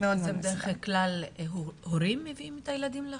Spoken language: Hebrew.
בדרך כלל הורים מביאים את הילדים לחדר?